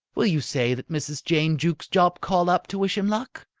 will you say that mrs. jane jukes jopp called up to wish him luck?